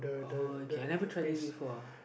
oh okay I never try this before uh